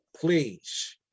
please